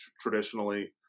traditionally